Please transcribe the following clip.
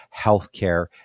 healthcare